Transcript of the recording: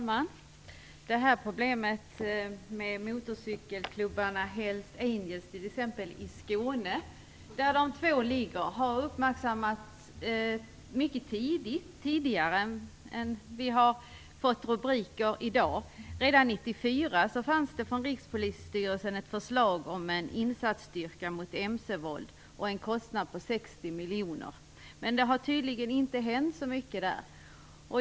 Fru talman! Problemet med motorcykelklubbarna i Skåne, t.ex. Hells Angels, har uppmärksammats mycket tidigt, långt innan det fick de rubriker vi ser i dag. Redan 1994 hade Rikspolisstyrelsen ett förlag om en insatsstyrka mot mc-våld till en kostnad på 60 miljoner. Men sedan har det tydligen inte hänt så mycket.